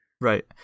Right